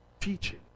teaching